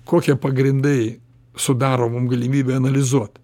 kokie pagrindai sudaro mum galimybę analizuot